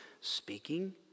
Speaking